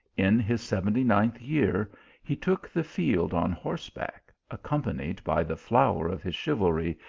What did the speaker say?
in his seventy ninth year he took the field on horseback, accom panied by the flower of his chivalry,